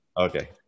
Okay